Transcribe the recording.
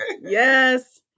Yes